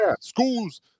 schools